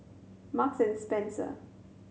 Marks and Spencer